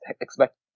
expect